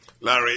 larry